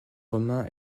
romain